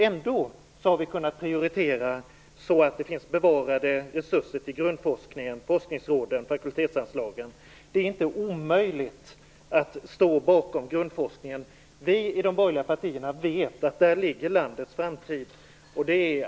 Ändå har vi kunnat prioritera så att det finns bevarade resurser till grundforskningen, forskningsråden och fakultetsanslagen. Det är inte omöjligt att stå bakom grundforskningen. Vi i de borgerliga partierna vet att det är där landets framtid ligger.